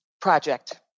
project